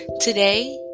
today